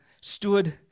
stood